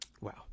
Wow